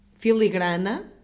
filigrana